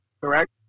Correct